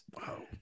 wow